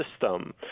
system